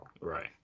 Right